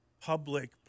public